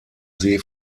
see